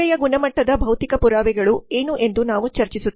ಸೇವೆಯ ಗುಣಮಟ್ಟದ ಭೌತಿಕ ಪುರಾವೆಗಳು ಏನು ಎಂದು ನಾವು ಚರ್ಚಿಸುತ್ತೇವೆ